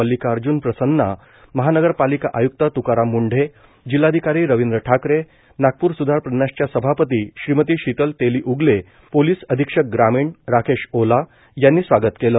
मल्लिकार्ज्न प्रसन्ना महानगरपालिका आय्क्त त्काराम म्ंढे जिल्हाधिकारी रविंद्र ठाकरे नागपूर स्धार प्रन्यासच्या सभापती श्रीमती शीतल तेली उगले पोलीस अधीक्षक ग्रामीण राकेश ओला यांनी स्वागत केलं